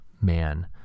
man